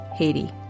Haiti